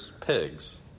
Pigs